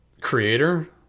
creator